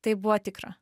tai buvo tikra